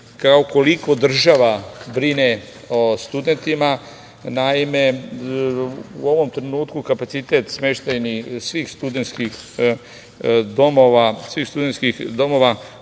koliko država brine o studentima. Naime, u ovom trenutku kapacitet smeštajnih svih studentskih domova